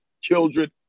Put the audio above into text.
children